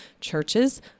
churches